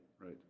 right